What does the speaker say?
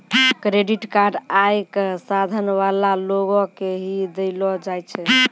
credit card आय क साधन वाला लोगो के ही दयलो जाय छै